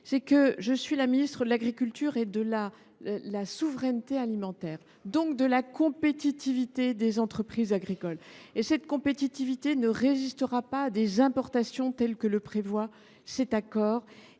est que je suis la ministre de l’agriculture et de la souveraineté alimentaire, donc de la compétitivité des entreprises agricoles. Or celle ci ne résistera pas à des importations telles que celles que prévoit cet accord